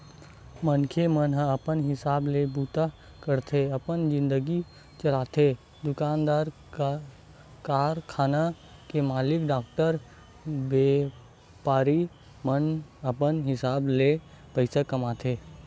मनखे मन अपन हिसाब ले बूता करके अपन जिनगी चलाथे दुकानदार, कारखाना के मालिक, डॉक्टर, बेपारी मन अपन हिसाब ले पइसा कमाथे